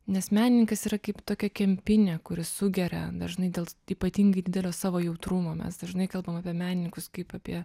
nes menininkas yra kaip tokia kempinė kuri sugeria dažnai dėl ypatingai didelio savo jautrumo mes dažnai kalbam apie menininkus kaip apie